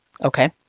Okay